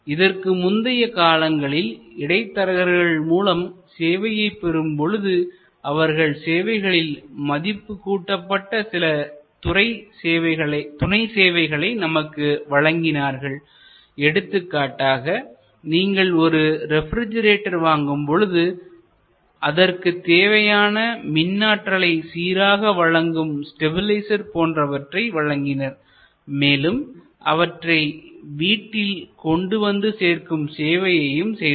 இதற்கு முந்தைய காலங்களில் இடைத்தரகர்கள் மூலம் சேவையைப் பெறும் பொழுது அவர்கள் சேவைகளில் மதிப்புக் கூட்டப்பட்ட சில துணை சேவைகளை நமக்கு வழங்கினார்கள் எடுத்துக்காட்டாக நீங்கள் ஒரு ரெப்ரிஜிரேட்டர் வாங்கும்பொழுது அதற்குத் தேவையான மின்னாற்றலை சீராக வழங்கும் ஸ்டெபிலைசர் போன்றவற்றை வழங்கினர் மேலும் அவற்றை வீட்டில் கொண்டு வந்து சேர்க்கும் சேவையையும் செய்தனர்